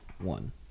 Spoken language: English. one